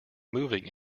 moving